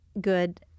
good